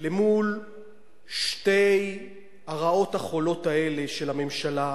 למול שתי הרעות החולות האלה של הממשלה,